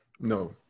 No